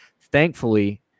thankfully